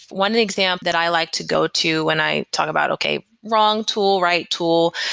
one example that i like to go to when i talk about okay, wrong tool, right tool,